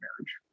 marriage